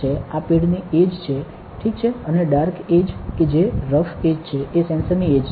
આ પેડની એડ્જ છે ઠીક છે અને ડાર્ક એડ્જ કે જે રફ એડ્જ છે એ સેન્સરની એડ્જ છે